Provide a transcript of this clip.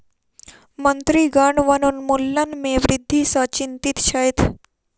मंत्रीगण वनोन्मूलन में वृद्धि सॅ चिंतित छैथ